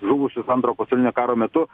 žuvusius antro pasaulinio karo metu